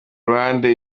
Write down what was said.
ruhande